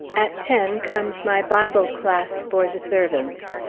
at ten comes my bible class for the servants.